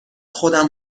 خودم